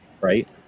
right